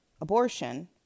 abortion